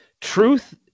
truth